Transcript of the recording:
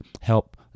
help